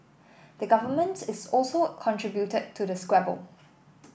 the Government is also contributed to the squabble